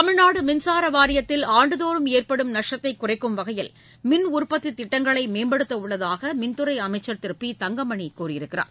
தமிழ்நாடு மின்சார வாரியத்தில் ஆண்டுதோறும் ஏற்படும் நஷ்டத்தை குறைக்கும் வகையில் மின்உற்பத்தி திட்டங்களை மேற்படுத்த உள்ளதாக மின்துறை அமைச்ச் திரு பி தங்கமணி கூறியுள்ளார்